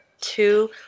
two